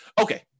Okay